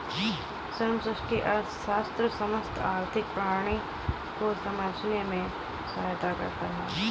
समष्टि अर्थशास्त्र समस्त आर्थिक प्रणाली को समझने में सहायता करता है